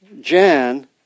Jan